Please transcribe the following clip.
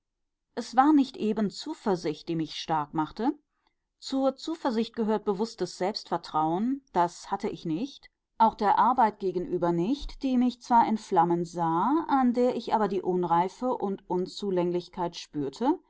es war nicht eben zuversicht die mich stark machte zur zuversicht gehört bewußtes selbstvertrauen das hatte ich nicht auch der arbeit gegenüber nicht die mich zwar in flammen sah an der ich aber die unreife und unzulänglichkeit spürte